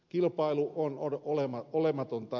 kilpailu on olematonta